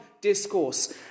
discourse